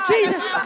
Jesus